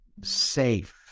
safe